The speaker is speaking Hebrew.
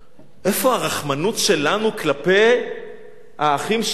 איפה הרחמנות שלנו כלפי האחים שלנו?